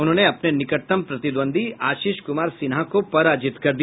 उन्होंने अपने निकटतम प्रतिद्वंद्वी आशीष कुमार सिन्हा को पराजित किया